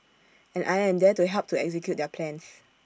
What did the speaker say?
and I am there to help to execute their plans